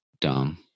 dumb